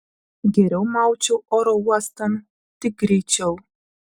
geriau maučiau oro uostan tik greičiau